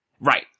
right